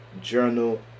journal